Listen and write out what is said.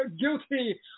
guilty